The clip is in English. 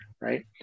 right